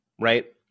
right